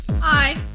Hi